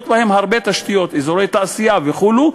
אזורי תעשייה וכו',